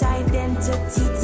identity